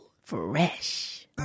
Fresh